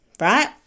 right